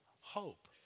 hope